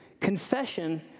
Confession